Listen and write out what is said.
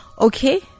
Okay